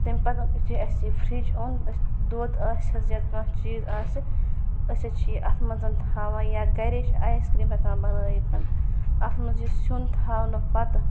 تمہِ پَتہٕ یُتھے اَسہِ یہِ فرِج اون أسۍ دۄد آسہِ ہا کانٛہہ چیٖز آسہِ أسۍ حظ چھِ یہِ اَتھ منٛز تھاوان یا گَرے چھِ آیِس کریٖم ہٮ۪کان بَنٲوِتھ اَتھ منٛز یُس سیُن تھاونہٕ پَتہٕ